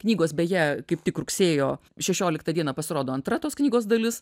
knygos beje kaip tik rugsėjo šešioliktą dieną pasirodo antra tos knygos dalis